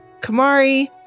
Kamari